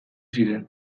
ziren